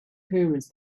pyramids